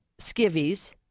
skivvies